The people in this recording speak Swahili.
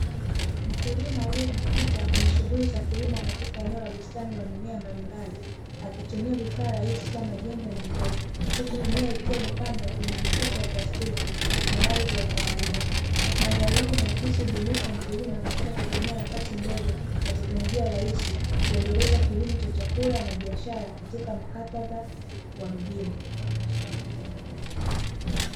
Mkulima aliyejikita kwenye shughuli za kilimo katika eneo la bustani la mimea mbalimbali, akitumia vifaa rahisi kama jembe na ndoo huku mimea ikiwa imepandwa kwenye mifuko ya plastiki na ardhi ya kawaida. Mandhari hii inaakisi ubunifu wa mkulima katika kutumia nafasi ndogo na teknolojia rahisi, kuendeleza kilimo cha chakula na biashara katika muktadha wa mjini.